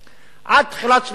עד תחילת שנות ה-90,